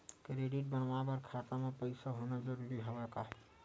Credit बनवाय बर खाता म पईसा होना जरूरी हवय का?